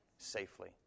safely